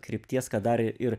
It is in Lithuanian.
krypties kad dar ir